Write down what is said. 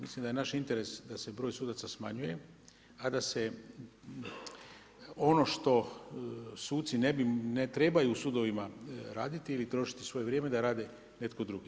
Mislim da je naš interes da se broj sudaca smanjuje a da se ono što suci ne bi, ne trebaju u sudovima raditi ili trošiti svoje vrijeme da radi netko drugi.